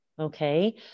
Okay